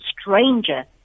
stranger